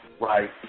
right